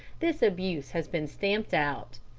this abuse has been stamped out.